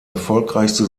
erfolgreichste